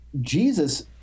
Jesus